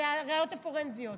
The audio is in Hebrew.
שזה הראיות הפורנזיות.